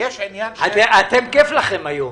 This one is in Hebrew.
כייף לכם היום,